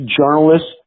journalists